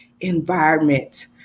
environment